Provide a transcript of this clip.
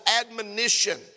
admonition